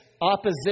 opposition